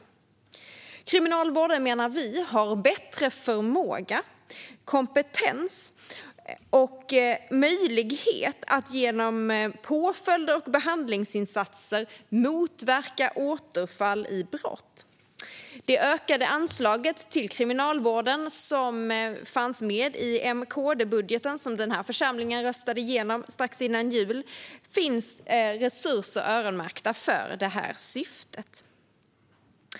Vi menar att Kriminalvården har bättre förmåga, kompetens och möjlighet att genom påföljder och behandlingsinsatser motverka återfall i brott. I det ökade anslag till Kriminalvården som fanns med i M-KD-budgeten, som den här församlingen röstade igenom strax före jul, finns resurser öronmärkta för det syftet.